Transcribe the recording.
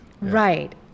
Right